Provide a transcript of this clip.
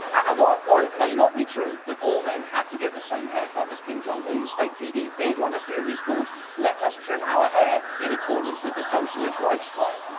um while it may not be true that all men had to get the same haircut as kim jong-un, state tv did run a series called let us trim our hair in accordance with the socialist lifestyle.